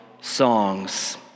songs